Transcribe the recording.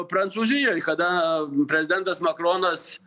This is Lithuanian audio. prancūzijoj kada prezidentas makronas